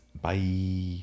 Bye